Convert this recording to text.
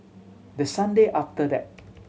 the Sunday after that